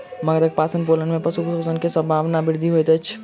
मगरक पालनपोषण में पशु शोषण के संभावना में वृद्धि होइत अछि